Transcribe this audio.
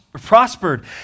prospered